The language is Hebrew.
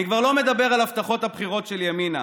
אני כבר לא מדבר על הבטחות הבחירות של ימינה,